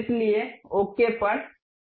इसलिए ओके पर क्लिक करें